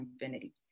infinity